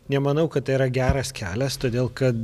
nemanau kad tai yra geras kelias todėl kad